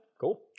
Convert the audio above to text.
cool